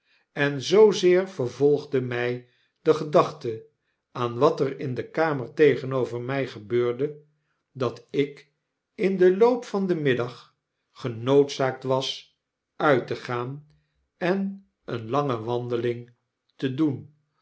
en zoozeer vervolgde mij de gedachte aan wat er in de kamer tegenover mij gebeurde dat ik in den loop van den middag genoodzaakt was uit te gaan en eene lange wandeling te doen